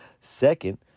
Second